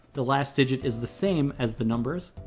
the last digit is the same as the numbers.